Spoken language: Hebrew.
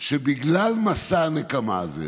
שבגלל מסע הנקמה הזה